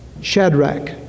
Shadrach